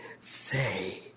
Say